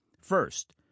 First